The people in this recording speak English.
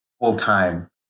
full-time